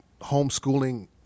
homeschooling